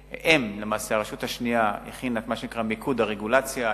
הרשות השנייה הכינה את מה שנקרא מיקוד הרגולציה,